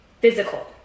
physical